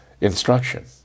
instruction